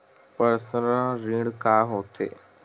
Personal ऋण का होथे?